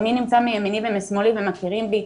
ומי נמצא מימיני ומשמאלי ומכירים בי,